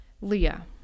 Leah